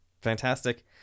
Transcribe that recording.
Fantastic